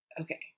Okay